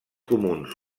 comuns